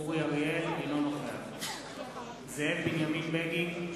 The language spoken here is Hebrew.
אינו נוכח זאב בנימין בגין,